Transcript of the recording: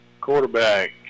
Quarterback